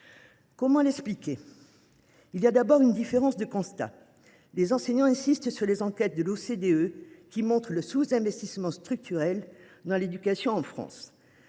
Comment l’expliquer ? Il y a d’abord une différence de constat. Les enseignants insistent sur les enquêtes de l’OCDE, qui montrent le sous investissement structurel dans l’éducation en France,